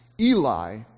Eli